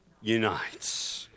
unites